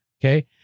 Okay